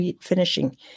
finishing